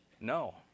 No